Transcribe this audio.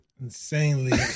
insanely